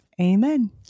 Amen